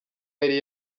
yari